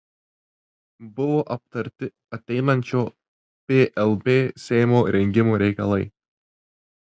buvo aptarti ateinančio plb seimo rengimo reikalai